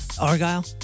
Argyle